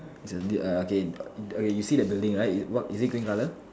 it's a uh okay okay you see the building right what is it green colour